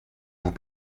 vous